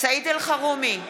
סעיד אלחרומי,